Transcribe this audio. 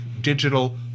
Digital